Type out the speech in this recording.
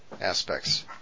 aspects